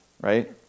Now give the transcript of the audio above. right